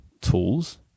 tools